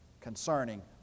concerning